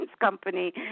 company